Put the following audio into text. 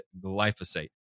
glyphosate